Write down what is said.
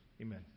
amen